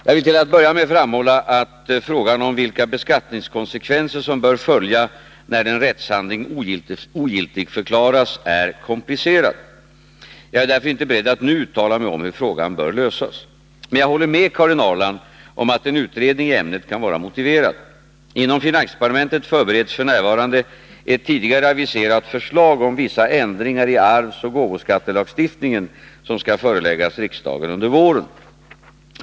Jag vill till att börja med framhålla att frågan om vilka beskattningskonsekvenser som bör följa när en rättshandling ogiltigförklaras är komplicerad. Jag är därför inte beredd att nu uttala mig om hur frågan bör lösas. Men jag håller med Karin Ahrland om att en utredning i ämnet kan vara motiverad. Inom finansdepartementet förbereds f. n. ett tidigare aviserat förslag om vissa ändringar i arvsoch gåvoskattelagstiftningen som skall föreläggas riksdagen under våren.